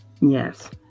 Yes